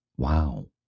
Wow